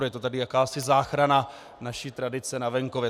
Je to tedy jakási záchrana naší tradice na venkově.